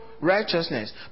righteousness